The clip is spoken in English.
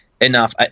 enough